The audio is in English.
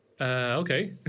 Okay